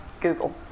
Google